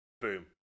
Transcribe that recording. Boom